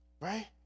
right